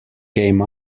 came